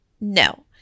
No